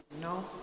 No